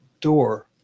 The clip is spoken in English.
door